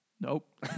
Nope